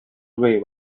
away